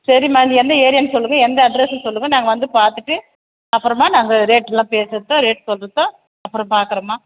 சரிம்மா இது எந்த ஏரியான்னு சொல்லுங்கள் எந்த அட்ரெஸ்ஸுன்னு சொல்லுங்கள் நாங்கள் வந்து பார்த்துட்டு அப்புறமா நாங்கள் ரேட்டுல்லாம் பேசுகிறதோ ரேட் சொல்கிறதோ அப்புறம் பார்க்குறம்மா